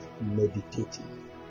meditating